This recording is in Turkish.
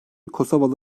kosovalı